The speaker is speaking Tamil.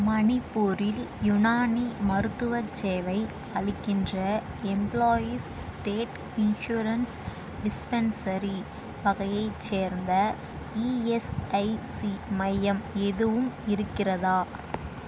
மணிப்பூரில் யுனானி மருத்துவச் சேவை அளிக்கின்ற எம்ப்ளாயீஸ் ஸ்டேட் இன்சூரன்ஸ் டிஸ்பென்சரி வகையைச் சேர்ந்த இஎஸ்ஐசி மையம் எதுவும் இருக்கிறதா